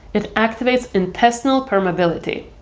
it activates intestinal permeability.